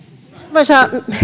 arvoisa